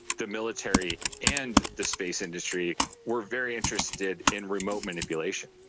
the military and the space industry were very interested in remote manipulation.